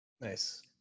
Nice